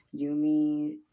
Yumi